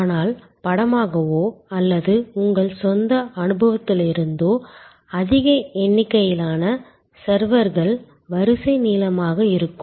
ஆனால் படமாகவோ அல்லது உங்கள் சொந்த அனுபவத்திலிருந்தோ அதிக எண்ணிக்கையிலான சர்வர்கள் வரிசை நீளமாக இருக்கும்